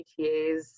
PTAs